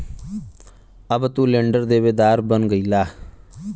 अब तू लेंडर देवेदार बन गईला